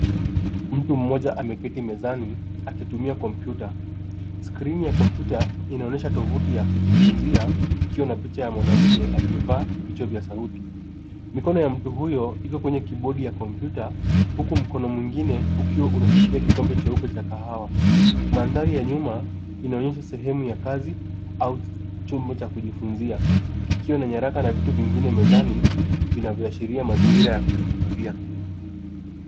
Mtu mmoja ameketi mezani akitumia komputa. skrini ya komputa inaonyesha tovuti ya kujifunzia , ikiwa na picha ya mwanamke aliyevaa vichwa vya sauti. Mikono ya mtu huyo iko kwenye kibodi ya komputa, huku mkono mwingine ukiwa unashikilia kikombe cheupe cha kahawa. Mandhari ya nyuma inaonyesha sehemu ya kazi , au chumba cha kujifunzia. kikiwa na nyaraka na vitu vingine mezani , vinavyoashiria mazingira ya kujifunzia.